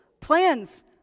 plans